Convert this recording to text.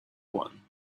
one